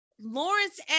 Lawrence